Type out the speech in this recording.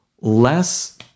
less